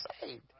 saved